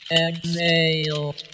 Exhale